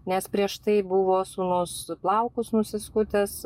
nes prieš tai buvo sūnus plaukus nusiskutęs